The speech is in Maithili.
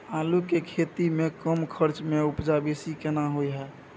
आलू के खेती में कम खर्च में उपजा बेसी केना होय है?